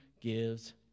gives